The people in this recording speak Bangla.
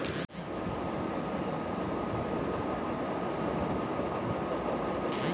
যেই টাকা ধার নেওয়া হয় তার উপর চক্রবৃদ্ধি সুদ হয়